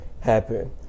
happen